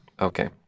Okay